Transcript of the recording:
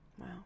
Wow